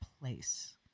place